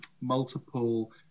multiple